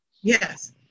Yes